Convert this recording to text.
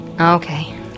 Okay